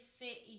fit